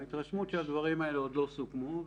ההתרשמות היא שהדברים האלה עוד לא סוכמו.